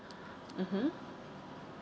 mmhmm